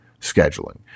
scheduling